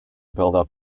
buildup